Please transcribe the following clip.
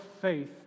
faith